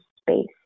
space